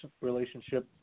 relationship